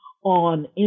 On